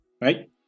right